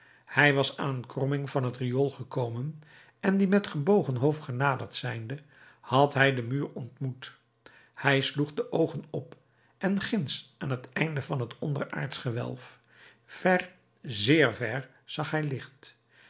hij was aan een kromming van het riool gekomen en die met gebogen hoofd genaderd zijnde had hij den muur ontmoet hij sloeg de oogen op en ginds aan het einde van het onderaardsch gewelf ver zeer ver zag hij licht